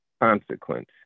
consequence